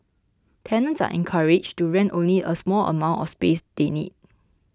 tenants are encouraged to rent only a small amount of space they need